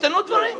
השתנו דברים,